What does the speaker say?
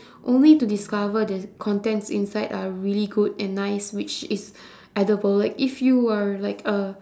only to discover the contents inside are really good and nice which is edible like if you were like a